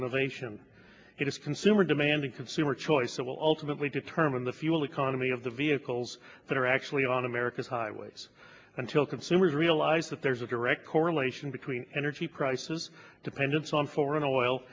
innovation it is consumer demand and consumer choice that will ultimately determine the fuel economy of the vehicles that are actually on america's highways until consumers realize that there's a direct correlation between energy prices dependence on foreign oil